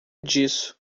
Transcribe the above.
disso